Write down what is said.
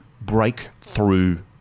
breakthrough